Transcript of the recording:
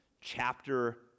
chapter